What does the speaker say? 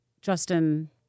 Justin